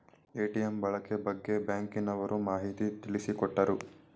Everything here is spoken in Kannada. ಎ.ಟಿ.ಎಂ ಬಳಕೆ ಬಗ್ಗೆ ಬ್ಯಾಂಕಿನವರು ಮಾಹಿತಿ ತಿಳಿಸಿಕೊಟ್ಟರು